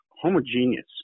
homogeneous